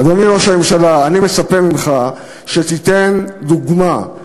אדוני ראש הממשלה, אני מצפה ממך שתיתן דוגמה.